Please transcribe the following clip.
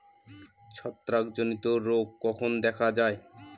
ছত্রাক জনিত রোগ কখন দেখা য়ায়?